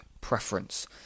preference